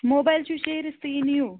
mobile چھو شیٖرِتھ تہٕ یہِ نِیِو